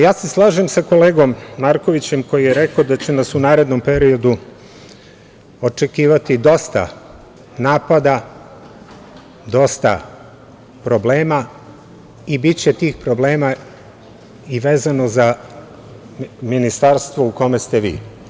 Ja se slažem sa kolegom Markovićem koji je rekao da će nas u narednom periodu očekivati dosta napada, dosta problema i biće tih problema i vezano za Ministarstvo u kome ste vi.